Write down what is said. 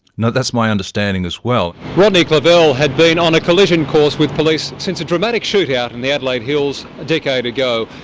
that's my understanding as well. rodney clavell had been on a collision course with police since a dramatic shootout in the adelaide hills a decade ago.